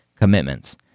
commitments